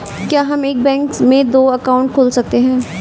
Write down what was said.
क्या हम एक बैंक में दो अकाउंट खोल सकते हैं?